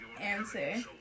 Answer